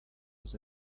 was